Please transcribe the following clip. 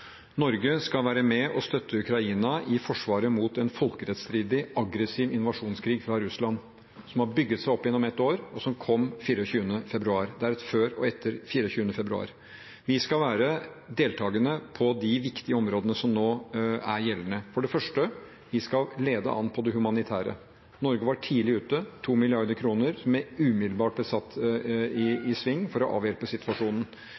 Norge skal være med og støtte Ukraina i forsvaret mot en folkerettsstridig, aggressiv invasjonskrig fra Russland, som har bygd seg opp gjennom et år og som kom 24. februar. Det er et før og etter 24. februar. Vi skal være deltakende på de viktige områdene som nå er gjeldende. Først – vi skal lede an på det humanitære området. Norge var tidlig ute med 2 mrd. kr, som umiddelbart ble satt i